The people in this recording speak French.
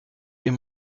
est